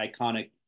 iconic